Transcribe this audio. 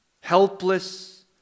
helpless